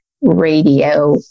Radio